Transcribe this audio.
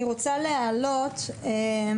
אני רוצה להעלות את